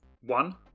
one